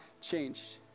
changed